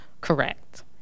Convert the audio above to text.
correct